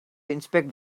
inspect